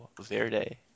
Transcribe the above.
Verde